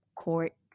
Court